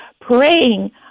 praying